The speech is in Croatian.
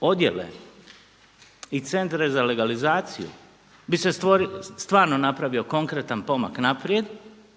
odjele i centre za legalizaciju bi se stvarno napravio konkretan pomak naprijed